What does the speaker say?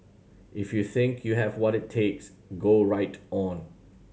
if you think you have what it takes go right on